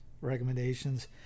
recommendations